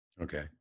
okay